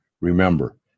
remember